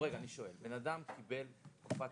אני שואל, בן אדם קיבל תקופת